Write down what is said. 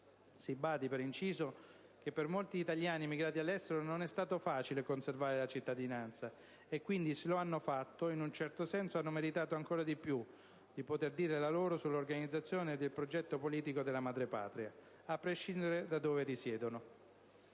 Si badi - per inciso - che per molti italiani emigrati all'estero non è stato facile conservare la cittadinanza e, quindi, se lo hanno fatto (in un certo senso) hanno meritato ancora di più di poter dire la loro sull'organizzazione ed il progetto politico della madrepatria, a prescindere da dove risiedono.